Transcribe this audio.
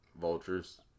Vultures